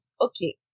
okay